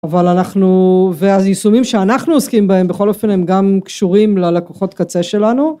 אבל אנחנו ואז יישומים שאנחנו עוסקים בהם בכל אופן הם גם קשורים ללקוחות קצה שלנו